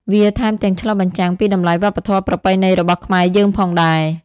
វាថែមទាំងឆ្លុះបញ្ចាំងពីតម្លៃវប្បធម៌ប្រពៃណីរបស់ខ្មែរយើងផងដែរ។